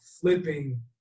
flipping